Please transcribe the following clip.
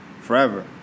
forever